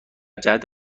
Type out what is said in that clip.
جهت